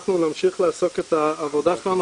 אנחנו נמשיך לעשות את העבודה שלנו,